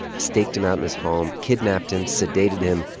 staked him out in his home, kidnapped him, sedated him,